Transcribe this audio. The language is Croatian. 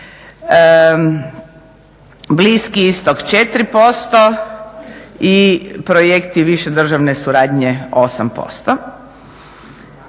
Bliski Istok 4% i projekti više državne suradnje 8%.